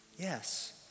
Yes